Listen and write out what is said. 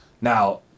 now